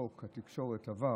חוק התקשורת עבר.